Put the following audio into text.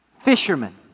fishermen